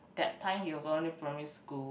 that time he was only primary school